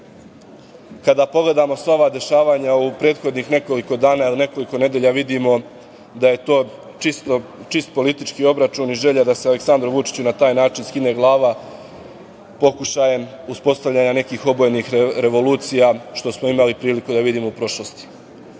kada pogledamo sva ova dešavanja u prethodnih nekoliko dana ili nekoliko nedelja, vidimo da je to čist politički obračun i želja da se Aleksandru Vučiću na taj način skine glava pokušajem uspostavljanja nekih obojenih revolucija, što smo imali priliku da vidimo u prošlosti. Kada